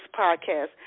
Podcast